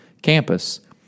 campus